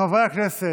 חברי הכנסת,